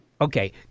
Okay